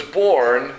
born